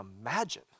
imagine